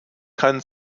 kann